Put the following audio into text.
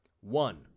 One